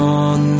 on